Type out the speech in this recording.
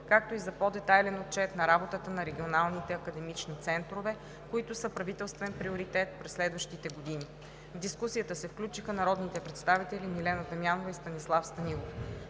както и за по-детайлен отчет на работата на регионалните академични центрове, които са правителствен приоритет през следващите години. В дискусията се включиха народните представители Милена Дамянова и Станислав Станилов.